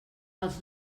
els